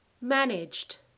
managed